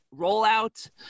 rollout